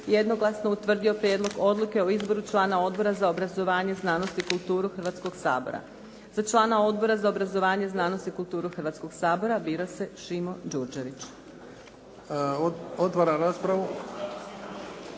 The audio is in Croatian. jednoglasno je utvrdio Prijedlog odluke o izboru člana Odbora za obrazovanje, znanost i kulturu Hrvatskoga sabora. Za člana Odbora za obrazovanje, znanost i kulturu Hrvatskoga sabora bira se Šimo Đurđević.